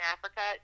Africa